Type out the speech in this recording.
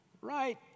right